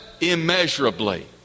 immeasurably